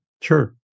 Sure